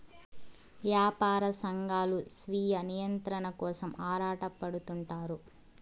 యాపార సంఘాలు స్వీయ నియంత్రణ కోసం ఆరాటపడుతుంటారు